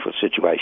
situation